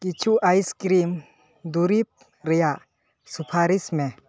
ᱠᱤᱪᱷᱩ ᱟᱭᱥᱠᱨᱤᱢ ᱫᱩᱨᱤᱵᱽ ᱨᱮᱭᱟᱜ ᱥᱩᱯᱟᱨᱤᱥᱢᱮ